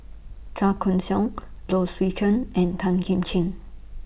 Chua Koon Siong Low Swee Chen and Tan Kim Ching